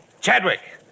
Chadwick